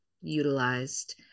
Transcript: utilized